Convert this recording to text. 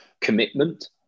commitment